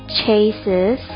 chases